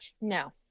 No